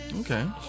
Okay